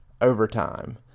overtime